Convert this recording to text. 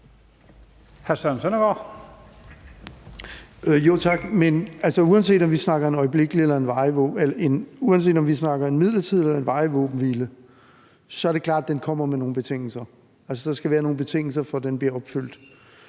uanset om vi snakker om en midlertidig eller varig våbenhvile, er det klart, at den kommer med nogle betingelser. Altså, der skal være nogle betingelser for, at den bliver opfyldt.